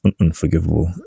unforgivable